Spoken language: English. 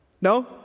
No